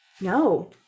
No